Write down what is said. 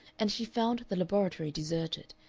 and she found the laboratory deserted,